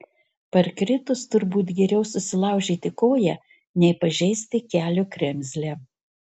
parkritus turbūt geriau susilaužyti koją nei pažeisti kelio kremzlę